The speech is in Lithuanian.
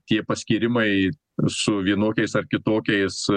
tie paskyrimai su vienokiais ar kitokiais